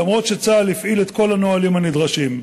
למרות שצה"ל הפעיל את כל הנהלים הנדרשים.